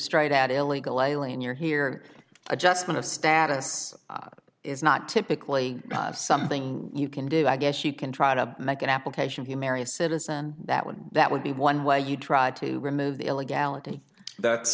straight out illegal alien you're here adjustment of status is not typically something you can do i guess you can try to make an application you marry a citizen that would that would be one way you tried to remove the illegality that's